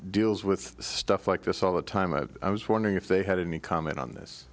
deals with stuff like this all the time of i was wondering if they had any comment on this